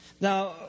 Now